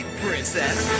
princess